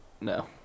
No